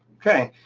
okay,